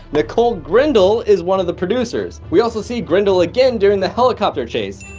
nicole grindle is one of the producers. we also see grindle again during the helicopter chase.